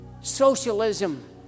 Socialism